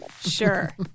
Sure